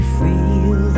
feel